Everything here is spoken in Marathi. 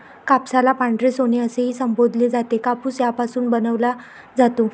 कापसाला पांढरे सोने असेही संबोधले जाते, कापूस यापासून बनवला जातो